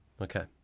Okay